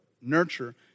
nurture